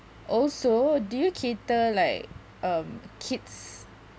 also do you cater like um kids